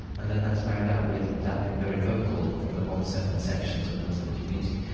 and then that's married up with that being very vocal from among certain sections of the muslim community.